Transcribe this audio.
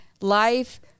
life